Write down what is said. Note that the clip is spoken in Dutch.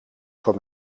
voor